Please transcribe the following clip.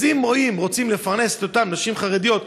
אז אם רוצים לפרנס את אותן נשים חרדיות,